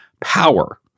power